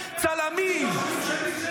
צלמים,